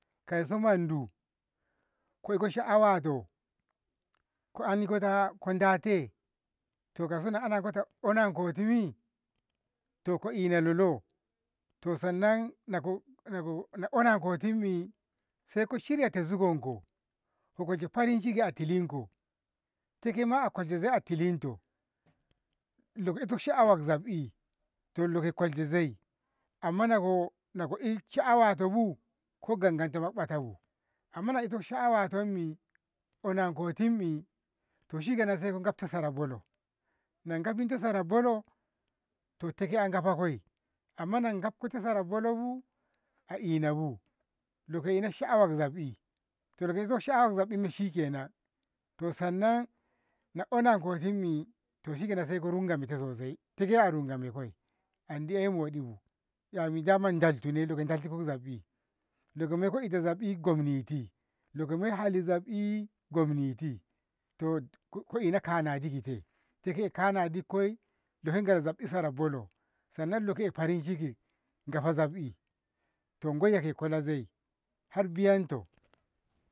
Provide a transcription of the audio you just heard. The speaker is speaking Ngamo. kauso mandu ko iko sha'awato ko ani ta koda te kauso na ananko unankotimi to ko ina lolo sannan nako nako na unakotimmi saiko shiyeti zigonko ko kolshe farin ciki a tilinko tema a kolshe zai a tilinto leko sha'awa zabbi to leko kolshe zai amma nako eh sha'awatobu ko gangantoma ko botabu amma nako iko sha'awatommi onanko timmi toshikenan saiko gabtu te sara bolo, nagafinto sara bolo to te a gafakoi amma nako gafto sara bolo bu a inabu to ku ena sha'awa zabbi loke sha'awa zabbi shikenan to sannan na unakotimmi to shikenan saiko rungumento sosai take a rugama koi andi ey moɗibu 'yami a daltone, leko dalto zabbi legoi moiko zabbi gomniti legoi moiko hali zabbi gomniti to ko in kanadi ki te take kanadi ki koi lego gaf zabbi sara bolo sannan lego farin ciki gafa zabbi to goiya kola zai har biyanto.